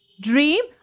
Dream